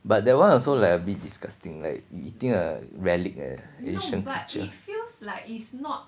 but that one also like a bit disgusting like eating a relic like that